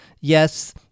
yes